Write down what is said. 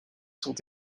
sont